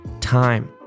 time